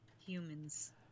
Humans